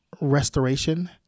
restoration